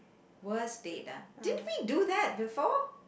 worst date ah didn't we do that before